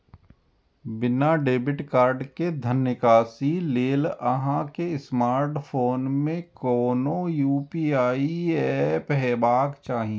बिना debit card के धन निकासी लेल अहां के स्मार्टफोन मे कोनो यू.पी.आई एप हेबाक चाही